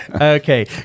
Okay